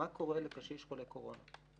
מה קורה לקשיש חולה קורונה?